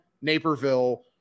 Naperville